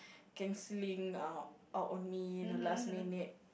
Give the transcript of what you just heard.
canceling out out on me the last minute